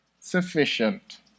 sufficient